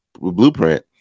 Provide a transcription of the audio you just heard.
blueprint